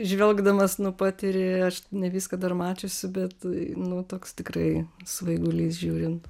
žvelgdamas nu patiri ne viską dar mačiusi bet nu toks tikrai svaigulys žiūrint